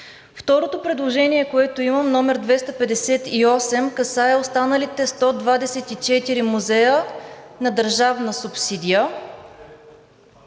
Второто предложение, което имам, е № 258 и касае останалите 124 музея на държавна субсидия.